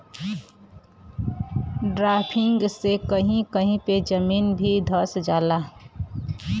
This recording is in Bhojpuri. ड्राफ्टिंग से कही कही पे जमीन भी धंस जाला